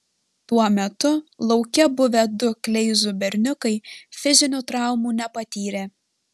tuo metu lauke buvę du kleizų berniukai fizinių traumų nepatyrė